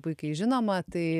puikiai žinoma tai